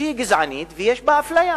שהיא גזענית ויש בה אפליה.